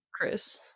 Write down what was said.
Chris